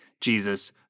Jesus